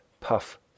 puff